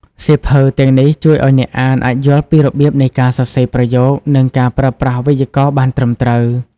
សៀវភៅទាំងនេះជួយឲ្យអ្នកអានអាចយល់ពីរបៀបនៃការសរសេរប្រយោគ និងការប្រើប្រាស់វេយ្យាករណ៍បានត្រឹមត្រូវ។